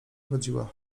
chodziła